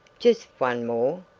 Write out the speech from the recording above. just one more?